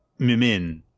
Mimin